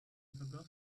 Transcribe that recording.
forgot